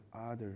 others